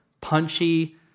punchy